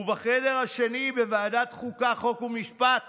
ובחדר השני בוועדת החוקה, חוק ומשפט